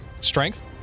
Strength